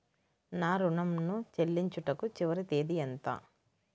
నా ఋణం ను చెల్లించుటకు చివరి తేదీ ఎంత?